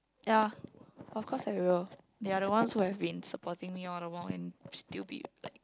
ya of course I will they are the ones who have been supporting me all the while and still be like